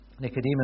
Nicodemus